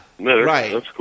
Right